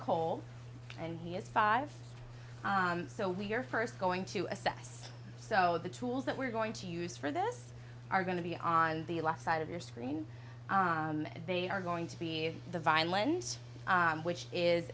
cole and he is five so we're first going to assess so the tools that we're going to use for this are going to be on the left side of your screen they are going to be the violin's which is